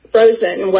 Frozen